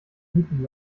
bieten